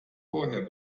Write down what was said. vorher